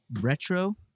Retro